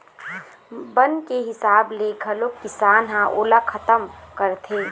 बन के हिसाब ले घलोक किसान ह ओला खतम करथे